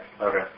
Okay